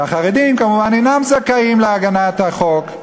והחרדים כמובן אינם זכאים להגנת החוק.